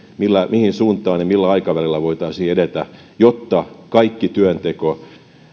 mihin suuntaan ja millä aikavälillä voitaisiin edetä jotta kaikki työnteko